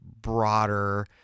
broader